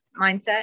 mindset